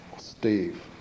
Steve